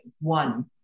one